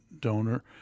donor